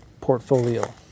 portfolio